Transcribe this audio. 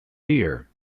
here